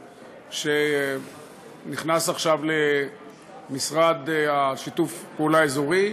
שנכנס עכשיו למשרד לשיתוף פעולה אזורי.